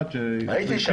בשביל